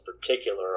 particular